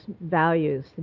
values